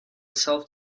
self